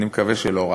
אני מקווה שלא רק.